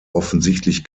offensichtlich